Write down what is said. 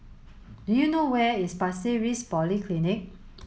do you know where is Pasir Ris Polyclinic